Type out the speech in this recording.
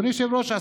אדוני היושב-ראש,